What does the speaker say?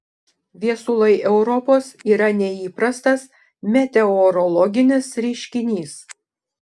viesulai europos yra neįprastas meteorologinis reiškinys